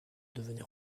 devenait